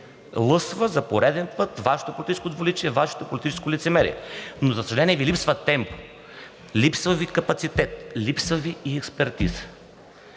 Лъсва за пореден път Вашето политическо двуличие, Вашето политическо лицемерие. Но, за съжаление, Ви липсва темпо, липсва Ви капацитет, липсва Ви и експертиза.